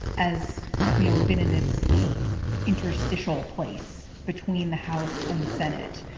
as you know, we've been in this interstitial place between the house and the senate.